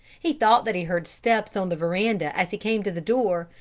he thought that he heard steps on the veranda as he came to the door,